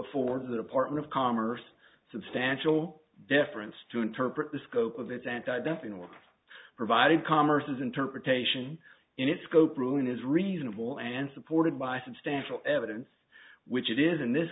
four the department of commerce substantial deference to interpret the scope of its anti dumping or provided commerce is interpretation in its scope ruling is reasonable and supported by substantial evidence which it is in this